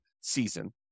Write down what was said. season